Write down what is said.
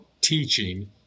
teaching